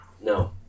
No